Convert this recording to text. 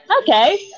okay